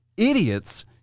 idiots